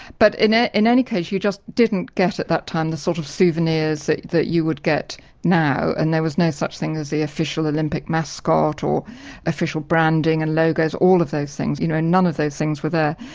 but in ah in any case, you just didn't get at that time the sort of souvenirs that that you would get now, and there was no such thing as the official olympic mascot, or official branding and logos all of those things, you know, and none of those things were there.